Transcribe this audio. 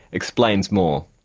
explains more.